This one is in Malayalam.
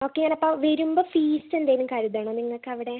ഓക്കെ ഞാൻ അപ്പോൾ വരുമ്പൊ ഫീസ് എന്തേലും കരുതണോ നിങ്ങൾക്ക് അവിടെ